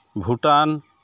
Bhutan